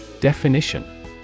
Definition